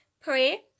pray